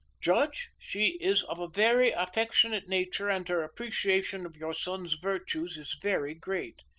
judge, she is of a very affectionate nature and her appreciation of your son's virtues is very great.